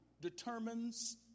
determines